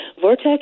Vortex